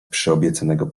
przyobiecanego